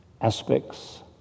aspects